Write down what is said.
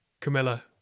camilla